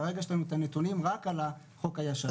כרגע יש לנו את הנתונים רק על החוק הישן.